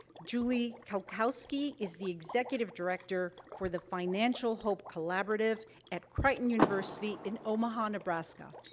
julie kalkowski is the executive director for the financial hope collaborative at creighton university in omaha, nebraska.